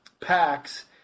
packs